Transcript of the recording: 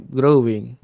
growing